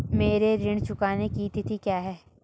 मेरे ऋण चुकाने की तिथि क्या है?